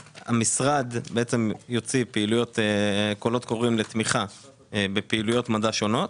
המשרד יוציא קולות קוראים לתמיכה בפעילויות מדע שונות.